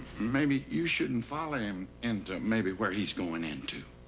maybe you shouldn't follow him into maybe where he's going into.